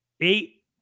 eight